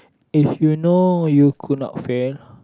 if you know you could not fail